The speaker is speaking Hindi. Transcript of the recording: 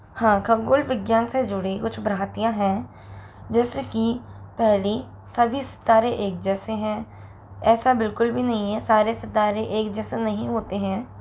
हाँ खगोल विज्ञान से जुड़ी कुछ भ्रांतियाँ हैं जैसे कि पहली सभी सितारे एक जैसे हैं ऐसा बिल्कुल भी नहीं है सारे सितारे एक जैसा नहीं होते हैं